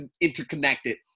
interconnected